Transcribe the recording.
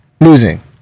losing